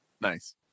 Nice